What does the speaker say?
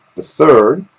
the third,